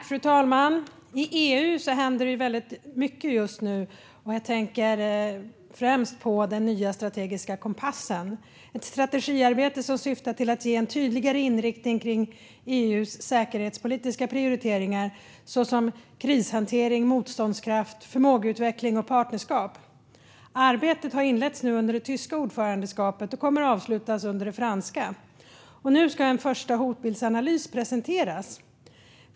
Fru talman! I EU händer det väldigt mycket just nu. Jag tänker främst på den nya strategiska kompassen. Det är ett strategiarbete som syftar till att ge en tydligare inriktning för EU:s säkerhetspolitiska prioriteringar såsom krishantering, motståndskraft, förmågeutveckling och partnerskap. Arbetet har nu inletts under det tyska ordförandeskapet och kommer att avslutas under det franska. Nu ska en första hotbildsanalys presenteras.